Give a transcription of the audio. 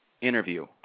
interview